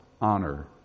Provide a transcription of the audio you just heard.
honor